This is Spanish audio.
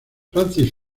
francis